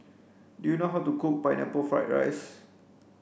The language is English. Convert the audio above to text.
do you know how to cook pineapple fried rice